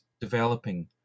developing